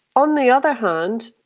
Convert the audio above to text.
on the other hand,